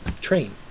train